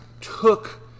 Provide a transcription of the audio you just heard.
took